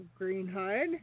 Greenhood